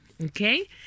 Okay